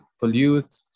pollute